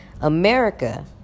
America